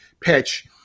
pitch